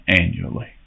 annually